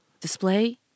display